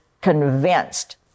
convinced